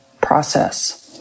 process